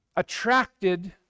Attracted